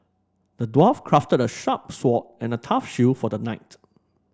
the dwarf crafted a sharp sword and a tough shield for the knight